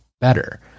better